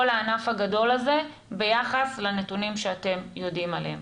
הענף הגדול הזה ביחס לנתונים שאתם יודעים עליהם?